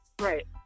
Right